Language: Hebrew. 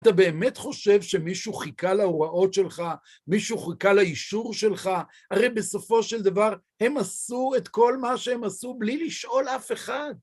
אתה באמת חושב שמישהו חיכה להוראות שלך, מישהו חיכה לאישור שלך, הרי בסופו של דבר הם עשו את כל מה שהם עשו בלי לשאול אף אחד.